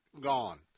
gone